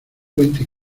puente